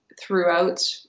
throughout